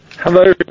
Hello